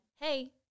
hey